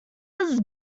was